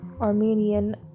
Armenian